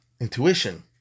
intuition